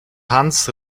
hans